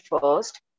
first